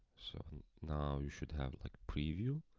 so now, you should have like preview